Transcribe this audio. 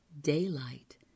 daylight